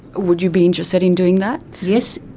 would you be interested in doing that? yes,